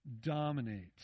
dominates